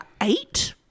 eight